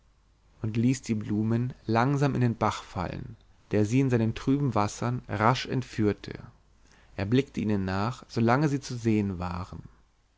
und ließ die blumen langsam in den bach fallen der sie in seinen trüben wassern rasch entführte er blickte ihnen nach so lange sie zu sehen waren